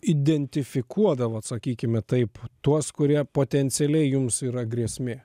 identifikuodavot atsakykime taip tuos kurie potencialiai jums yra grėsmė